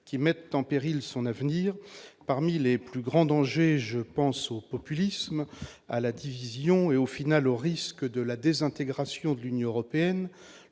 qui mettent en péril son avenir parmi les plus grands dangers, je pense au populisme à la division et au final, au risque de la désintégration de l'Union européenne